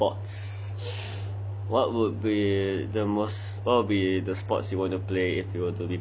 what would be the most what would be the sports you wanna play if you were to be professional